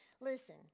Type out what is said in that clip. Listen